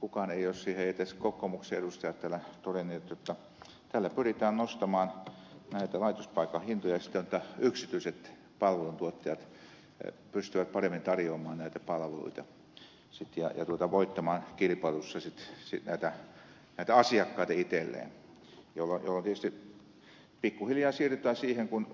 kukaan ei ole siihen todennut eivät edes kokoomuksen edustajat jotta tällä pyritään nostamaan näitä laitospaikkojen hintoja siten jotta yksityiset palveluntuottajat pystyvät paremmin tarjoamaan näitä palveluita ja voittamaan kilpailussa sitten näitä asiakkaita itselleen jolloin tietysti pikkuhiljaa siirrytään siihen kun